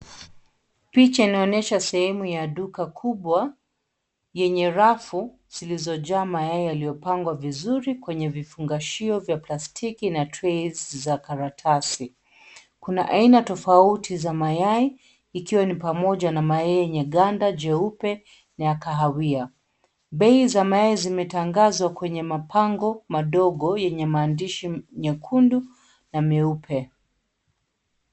Picha inaonyesha sehemu ya duka kubwa yenye rafu zilizojaa mayai yaliyopangwa vizuri kwenye vifungashio za plastiki na trays za karatasi. Kuna aina tofauti za mayai ikiwa ni pamoja na mayai yenye ganda, jeupe na ya kahawia. Bei za mayai zimetangazwa kwenye mapango madogo yenye maandishi nyekundu na meupe.